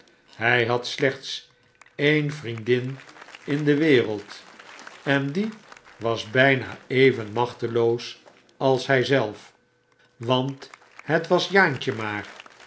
hjj had slechts een vriendin in de wereld en die was b jjna even machteloos als hjj zelf want het was jaantje maar